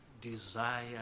desire